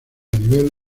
nivel